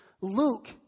Luke